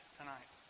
tonight